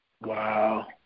Wow